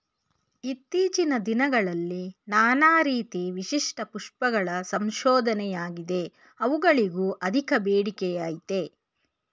ಇತ್ತೀಚಿನ ದಿನದಲ್ಲಿ ನಾನಾ ರೀತಿ ವಿಶಿಷ್ಟ ಪುಷ್ಪಗಳ ಸಂಶೋಧನೆಯಾಗಿದೆ ಅವುಗಳಿಗೂ ಅಧಿಕ ಬೇಡಿಕೆಅಯ್ತೆ